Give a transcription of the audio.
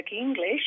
English